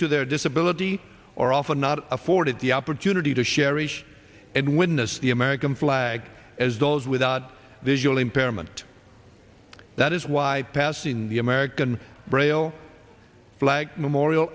to their disability or often are afforded the opportunity to share each and witness the american flag as those without visual impairment that is why passing the american braille flag memorial